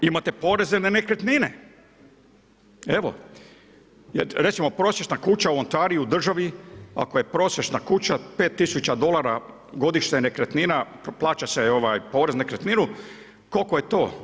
Imate poreze na nekretnine, evo, recimo prosječna kuća u Ontariju u državi, ako je prosječna kuća 5000 dolara godišnja nekretnina, plaća se na porez na nekretninu, koliko je to?